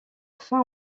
fin